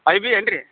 I B ಏನು ರೀ